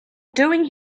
doing